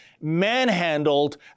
manhandled